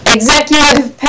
Executive